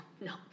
no